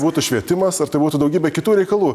būtų švietimas ar tai būtų daugybė kitų reikalų